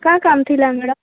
କା କାମ୍ ଥିଲା ମ୍ୟାଡ଼ାମ୍